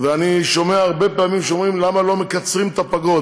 ואני שומע הרבה פעמים שאומרים לי: למה לא מקצרים את הפגרות?